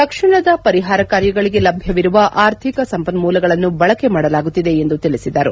ತಕ್ಷಣದ ಪರಿಹಾರ ಕಾರ್ಯಗಳಿಗೆ ಲಭ್ಯವಿರುವ ಆರ್ಥಿಕ ಸಂಪನ್ಮೂಲಗಳನ್ನು ಬಳಕೆ ಮಾಡಲಾಗುತ್ತಿದೆ ಎಂದು ತಿಳಿಸಿದರು